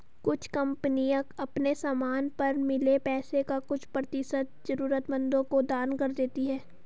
कुछ कंपनियां अपने समान पर मिले पैसे का कुछ प्रतिशत जरूरतमंदों को दान कर देती हैं